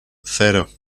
cero